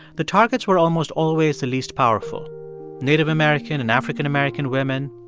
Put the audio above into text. the targets were almost always the least powerful native american and african-american women,